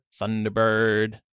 Thunderbird